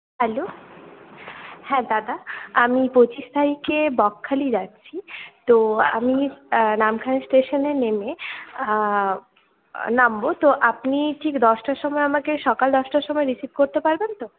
hello হ্যাঁ দাদা আমি পঁচিশ তারিখে বকখালি যাচ্ছি তো আমি নামখানা স্টেশনে নেমে আ নামবো তো আপনি ঠিক দশটার সময় আমাকে সকাল দশটার সময় রিসিভ করতে পারবেন তো